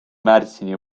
märtsini